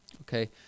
okay